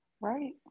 right